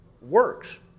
works